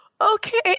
okay